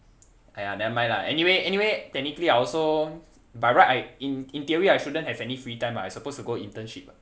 !aiya! nevermind lah anyway anyway technically I also by right I in in theory I shouldn't have any free time ah I suppose to go internship ah